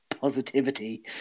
Positivity